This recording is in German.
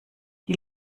die